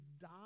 die